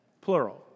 plural